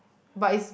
but is